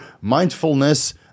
mindfulness